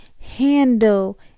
handle